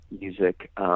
music